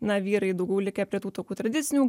na vyrai daugiau likę prie tų tokių tradicinių